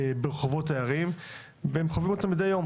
וברחובות הערים והם חווים אותו מידי יום